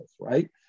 right